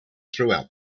throughout